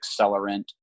accelerant